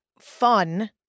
fun